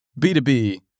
B2B